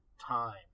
time